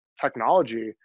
technology